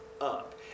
up